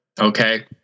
Okay